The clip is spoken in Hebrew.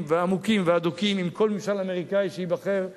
ועמוקים והדוקים עם כל ממשל אמריקני שייבחר.